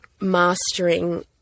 mastering